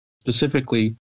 specifically